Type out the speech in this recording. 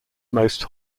most